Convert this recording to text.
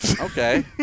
Okay